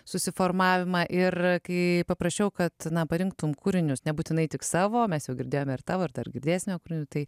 susiformavimą ir kai paprašiau kad parinktum kūrinius nebūtinai tik savo mes jau girdėjome ir tavo ir dar girdėsime kūrinių tai